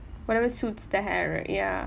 whatever suits the hair right ya